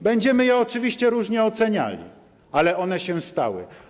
Będziemy je oczywiście różnie oceniali, ale one się dokonały.